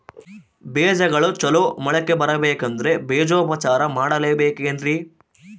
ಬೇಜಗಳು ಚಲೋ ಮೊಳಕೆ ಬರಬೇಕಂದ್ರೆ ಬೇಜೋಪಚಾರ ಮಾಡಲೆಬೇಕೆನ್ರಿ?